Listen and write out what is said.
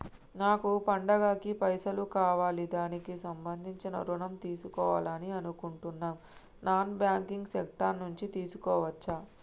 నాకు పండగ కి పైసలు కావాలి దానికి సంబంధించి ఋణం తీసుకోవాలని అనుకుంటున్నం నాన్ బ్యాంకింగ్ సెక్టార్ నుంచి తీసుకోవచ్చా?